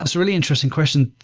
certainly, interesting question.